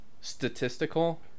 Statistical